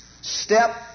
Step